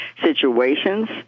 situations